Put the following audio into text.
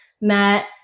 met